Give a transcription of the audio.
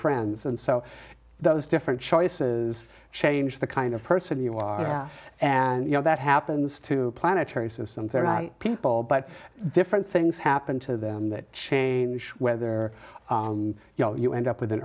friends and so those different choices change the kind of person you are and you know that happens to planetary systems or people but different things happen to them that change whether they're you know you end up with an